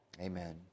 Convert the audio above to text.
amen